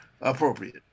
appropriate